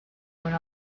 went